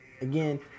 Again